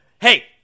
Hey